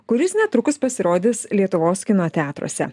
kuris netrukus pasirodys lietuvos kino teatruose